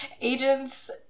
agents